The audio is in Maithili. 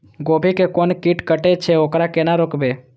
गोभी के कोन कीट कटे छे वकरा केना रोकबे?